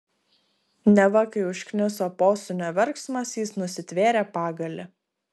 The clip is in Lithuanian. neva kai užkniso posūnio verksmas jis nusitvėrė pagalį